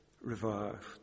revived